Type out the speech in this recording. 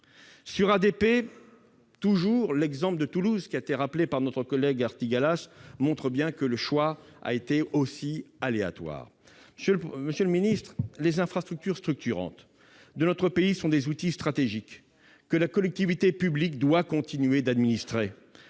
ADP, l'exemple de l'aéroport de Toulouse, qu'a rappelé notre collègue Viviane Artigalas, montre bien que le choix a été aussi aléatoire. Monsieur le ministre, les infrastructures structurantes de notre pays sont des outils stratégiques que la collectivité publique doit continuer d'administrer